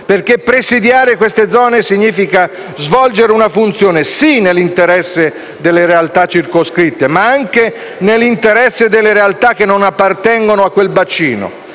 perché presidiare queste zone significa svolgere una funzione nell'interesse - sì - delle realtà circoscritte, ma anche di quelle che non appartengono a quel bacino